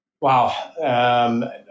Wow